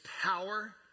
power